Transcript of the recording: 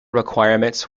requirements